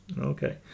Okay